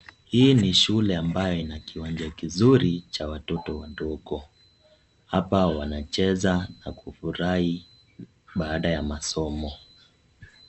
Hii ni shule ambayo ina kiwanja kizuri cha watoto wadogo. Hapa, wanacheza na kufurahi baada ya masomo.